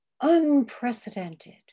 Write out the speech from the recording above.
Unprecedented